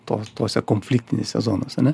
to tose konfliktinėse zonose ane